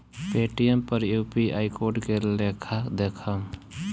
Paytm पर UPI code के लेखा देखम?